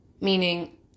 meaning